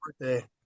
birthday